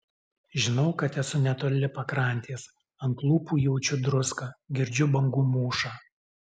žinau kad esu netoli pakrantės ant lūpų jaučiu druską girdžiu bangų mūšą